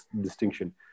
distinction